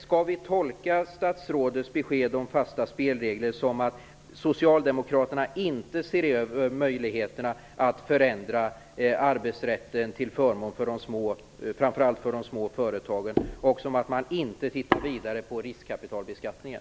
Skall vi tolka statsrådets besked om fasta spelregler som att Socialdemokraterna inte ser över möjligheterna att förändra arbetsrätten till förmån framför allt för de små företagen och som att man inte tittar vidare på frågan om riskkapitalbeskattningen?